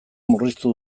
murriztu